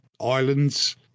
islands